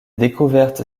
découvertes